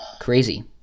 crazy